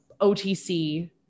OTC